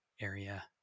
area